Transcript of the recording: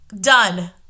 done